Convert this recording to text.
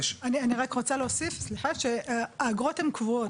אני רק רוצה להוסיף שהאגרות הן קבועות,